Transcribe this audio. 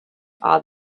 are